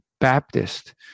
Baptist